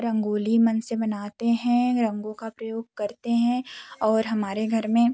रंगोली मन से बनाते हैं रंगों का प्रयोग करते हैं और हमारे घर में